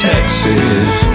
Texas